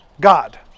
God